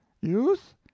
youth